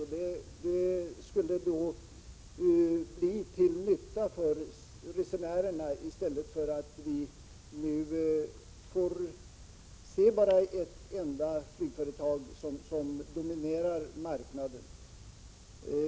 Det skulle bli till nytta för resenärerna med en sådan konkurrens i stället för att, som nu, ett enda flygföretag dominerar marknaden.